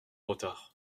retard